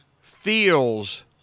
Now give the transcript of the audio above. feels